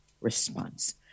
response